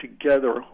together